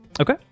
Okay